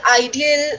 ideal